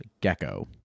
gecko